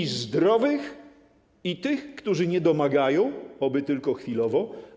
I zdrowych, i tych, którzy niedomagają, oby tylko chwilowo.